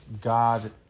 god